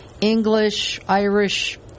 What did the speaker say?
English-Irish